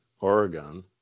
Oregon